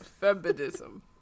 feminism